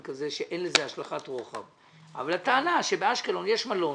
כזה שאין לזה השלכת רוחב אבל הטענה שבאשקלון יש מלון